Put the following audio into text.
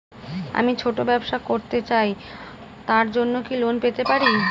আমি ছোট ব্যবসা করতে চাই তার জন্য কি লোন পেতে পারি?